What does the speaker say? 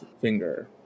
finger